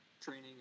training